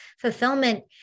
fulfillment